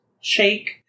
shake